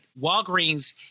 Walgreens